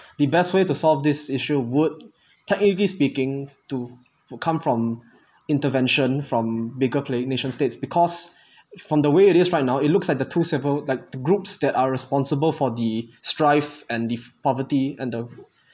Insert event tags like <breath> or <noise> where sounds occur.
the best way to solve this issue would technically speaking to will come from intervention from bigger playing nation-states because <breath> from the way it is right now it looks like the two civil the groups that are responsible for the strife and the poverty and the